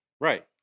Right